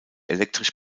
elektrisch